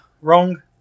wrong